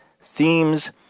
themes